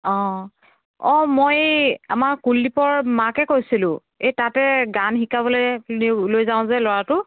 অঁ অঁ মই এই আমাৰ কুলদীপৰ মাকে কৈছিলোঁ এই তাতে গান শিকাবলৈ নিওঁ লৈ যাওঁ যে ল'ৰাটো